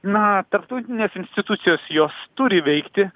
na tarptautinės institucijos jos turi veikti